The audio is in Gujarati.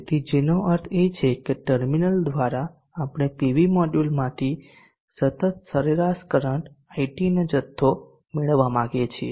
તેથી જેનો અર્થ એ છે કે ટર્મિનલ્સ દ્વારા આપણે પીવી મોડ્યુલ માંથી સતત સરેરાશ કરંટ IT નો જથ્થો મેળવવા માંગીએ છીએ